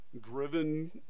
driven